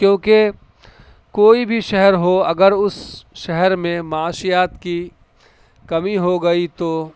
کیونکہ کوئی بھی شہر ہو اگر اس شہر میں معاشیات کی کمی ہوگئی تو